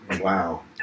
Wow